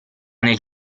nel